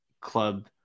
club